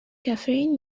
caffeine